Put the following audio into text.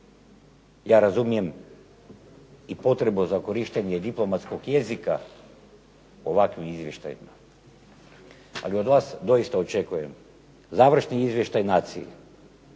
Ja razumijem i potrebu za korištenje diplomatskog jezika u ovakvim izvještajima, ali od vas doista očekujem završni izvještaj naciji,